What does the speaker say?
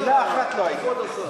מילה אחת לא הייתה.